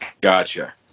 Gotcha